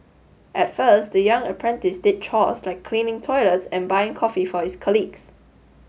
at first the young apprentice did chores like cleaning toilets and buying coffee for his colleagues